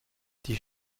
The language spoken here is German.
die